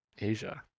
Asia